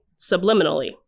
subliminally